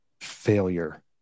failure